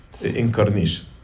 incarnation